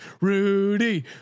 Rudy